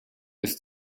ist